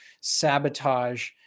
sabotage